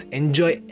enjoy